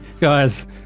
Guys